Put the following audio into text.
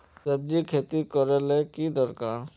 सब्जी खेती करले ले की दरकार?